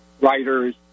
writers